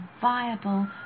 viable